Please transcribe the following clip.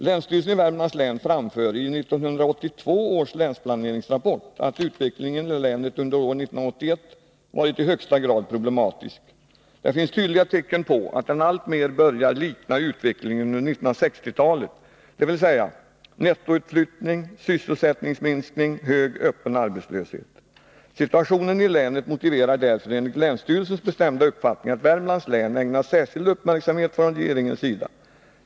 Länsstyrelsen i Värmlands län framför i 1982 års länsplaneringsrapport att utvecklingen i länet under år 1981 varit i högsta grad problematisk. Det finns tydliga tecken på att den alltmer börjar likna utvecklingen under 1960-talet, dvs. med nettoutflyttning, sysselsättningsminskning och hög öppen arbetslöshet. Situationen i länet motiverar därför, enligt länsstyrelsens bestämda uppfattning, att Värmlands län ägnas särskild uppmärksamhet från regeringens sida.